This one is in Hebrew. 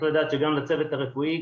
וצריך לדעת שגם לצוות הרפואי,